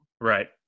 Right